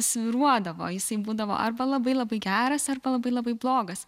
svyruodavo jisai būdavo arba labai labai geras arba labai labai blogas